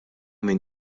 min